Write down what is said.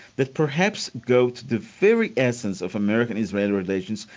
that perhaps goes to the very essence of american-israeli relations,